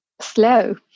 slow